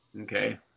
Okay